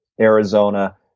Arizona